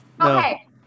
Okay